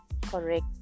Correct